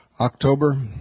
October